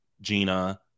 Gina